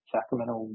Sacramento